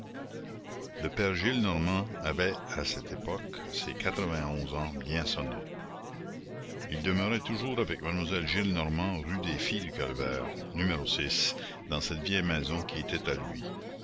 le père gillenormand avait à cette époque ses quatre vingt onze ans bien sonnés il demeurait toujours avec mademoiselle gillenormand rue des filles du calvaire no dans cette vieille maison qui était à lui